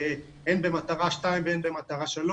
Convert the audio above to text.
הן במטרה 2 והן במטרה 3,